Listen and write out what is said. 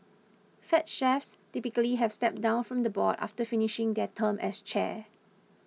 fed chiefs typically have stepped down from the board after finishing their term as chair